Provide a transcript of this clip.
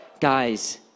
Guys